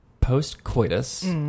post-coitus